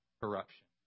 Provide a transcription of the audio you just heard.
corruption